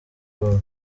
ubumwe